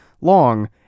long